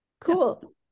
Cool